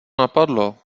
napadlo